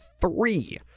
three